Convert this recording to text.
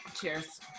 Cheers